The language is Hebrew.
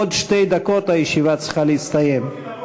עוד שתי דקות הישיבה צריכה להסתיים.